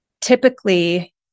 typically